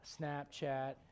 Snapchat